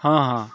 ହଁ ହଁ